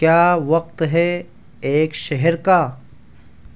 کیا وقت ہے ایک شہر کا